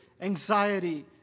anxiety